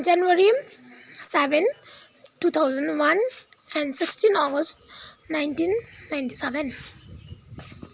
January seven two thousand one and sixteen August nineteen ninety seven